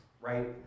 right